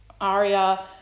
aria